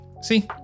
See